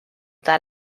that